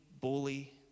bully